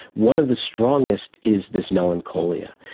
one of the strongest is this melancholia.